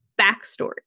backstory